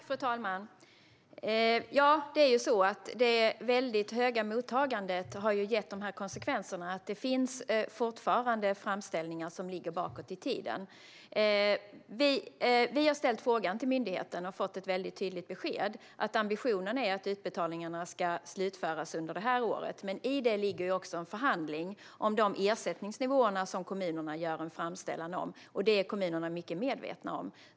Fru talman! En konsekvens av det höga mottagandet är att det fortfarande finns framställningar från bakåt i tiden. Vi har ställt frågan till myndigheten och fått ett tydligt besked: Ambitionen är att utbetalningarna ska slutföras under detta år. Men i det ligger också en förhandling om de ersättningsnivåer som kommunerna gör en framställan om, och det är kommunerna mycket medvetna om.